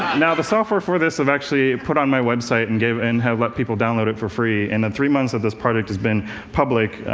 and ah the software for this i've actually put on my website and and have let people download it for free. in the three months this project has been public,